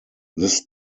this